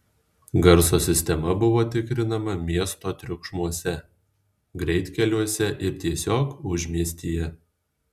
garso sistema buvo tikrinama miesto triukšmuose greitkeliuose ir tiesiog užmiestyje